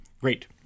great